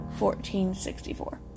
1464